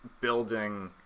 building